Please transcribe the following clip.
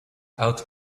out